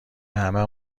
همه